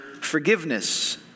forgiveness